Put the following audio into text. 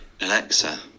Alexa